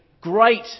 great